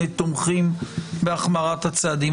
תומכים בהחמרת הצעדים.